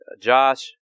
Josh